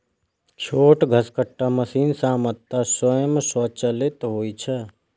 छोट घसकट्टा मशीन सामान्यतः स्वयं संचालित होइ छै